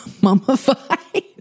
mummified